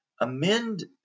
Amend